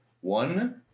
One